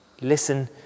Listen